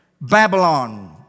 Babylon